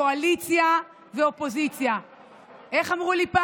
תודה, כבוד היושב-ראש.